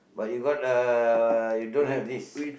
but you got uh you don't have this